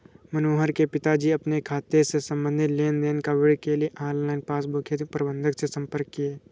मनोहर के पिताजी अपने खाते से संबंधित लेन देन का विवरण के लिए ऑनलाइन पासबुक हेतु प्रबंधक से संपर्क किए